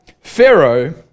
Pharaoh